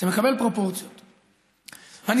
זה מקבל פרופורציות.